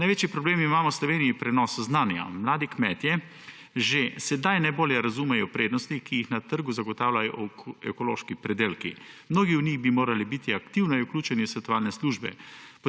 Največji problem imamo v Sloveniji pri prenosu znanja. Mladi kmetje že sedaj najbolje razumejo prednosti, ki jih na trgu zagotavljajo ekološki pridelki. Mnogi od njih bi morali biti aktivneje vključeni v svetovalne službe.